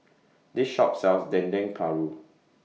This Shop sells Dendeng Paru